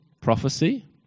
prophecy